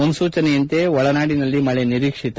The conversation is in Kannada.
ಮುನ್ನೂಚನೆಯಂತೆ ಒಳನಾಡಿನಲ್ಲಿ ಮಳೆ ನಿರೀಕ್ಷಿತ